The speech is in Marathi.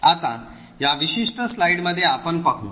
आता या विशिष्ट स्लाइडमध्ये आपण पाहू